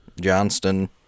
johnston